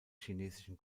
chinesischen